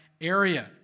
area